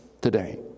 today